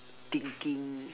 thinking